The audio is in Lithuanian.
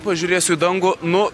pažiūrėsiu į dangų nu